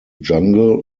jungle